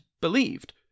believed